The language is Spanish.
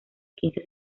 quince